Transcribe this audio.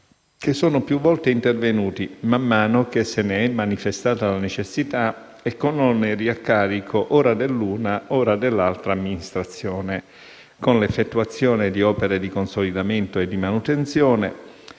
che sono più volte intervenuti, man mano che se ne è manifestata la necessità e con oneri a carico ora dell'una ora dell'altra amministrazione, con l'effettuazione di opere di consolidamento e di manutenzione